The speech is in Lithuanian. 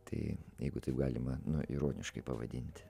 tai jeigu taip galima nu ironiškai pavadinti